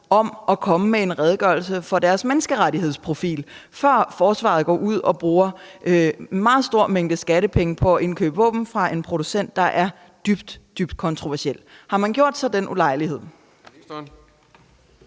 om at komme med en redegørelse for deres menneskerettighedsprofil, før Forsvaret går ud og bruger en meget stor mængde skattepenge på at indkøbe våben fra en producent, der er dybt, dybt kontroversiel? Har man gjort sig den ulejlighed?